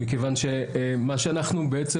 מכיוון שמה שאנחנו בעצם,